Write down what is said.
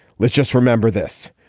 let's just remember this.